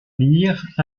lire